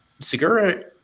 Segura